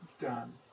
done